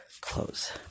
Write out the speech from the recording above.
close